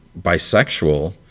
bisexual